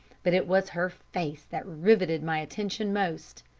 but it was her face that riveted my attention most.